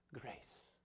grace